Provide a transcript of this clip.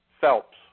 Phelps